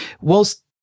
whilst